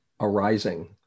Arising